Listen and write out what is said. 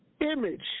image